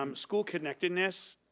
um school connectedness,